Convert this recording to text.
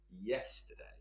yesterday